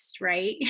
right